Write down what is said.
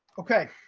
okay,